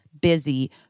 busy